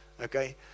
Okay